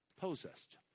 Possessed